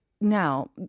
Now